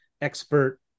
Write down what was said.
expert